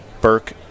Burke